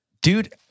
dude